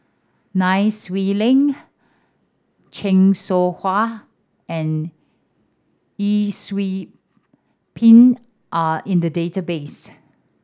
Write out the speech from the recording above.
Nai Swee Leng Chan Soh Ha and Yee Siew Pun are in the database